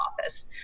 office